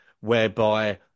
whereby